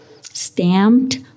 stamped